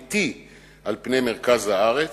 על פני מרכז הארץ.